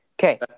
Okay